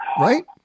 right